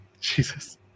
Jesus